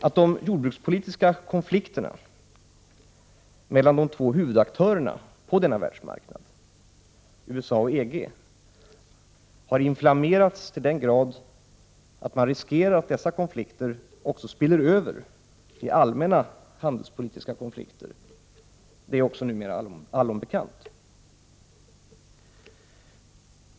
Att de jordbrukspolitiska konflikterna mellan de två huvudaktörerna på denna världsmarknad, USA och EG, har inflammerats till den grad att man riskerar att dessa konflikter också spiller över i allmänna handelspolitiska konflikter är också numera allom bekant.